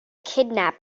kidnap